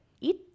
eat